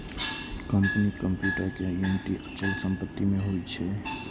कंपनीक कंप्यूटर के गिनती अचल संपत्ति मे होइ छै